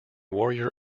warrior